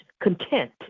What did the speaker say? content